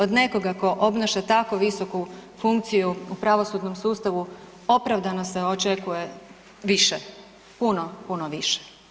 Od nekoga tko obnaša tako visoku funkciju u pravosudnom sustavu opravdano se očekuje više, puno, puno više.